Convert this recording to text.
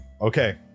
okay